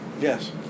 Yes